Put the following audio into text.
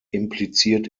impliziert